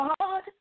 God